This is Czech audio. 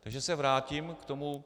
Takže se vrátím k tomu.